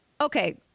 Okay